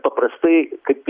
paprastai kaip į